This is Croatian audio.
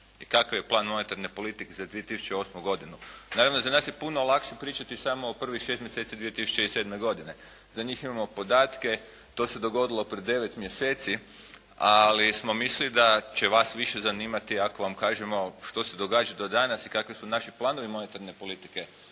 i kakav je plan monetarne politike za 2008. godinu. Naime, za nas je puno lakše pričati samo o prvih 6 mjeseci 20087. godine. Za njih imamo podatke, to se dogodilo prije 9 mjeseci, ali smo mislili da će vas više zanimati što se događa do danas i kakvi su naši planovi monetarne politike